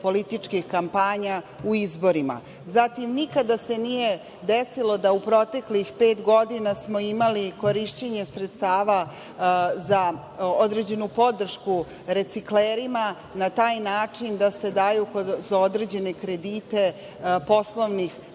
političkih kampanja u izborima. Nikada se nije desilo da u proteklih pet godina smo imali korišćenje sredstava za određenu podršku reciklerima na taj način da se daju za određene kredite poslovnih